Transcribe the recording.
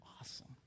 awesome